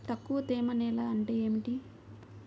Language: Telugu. తక్కువ తేమ నేల అంటే ఏమిటి?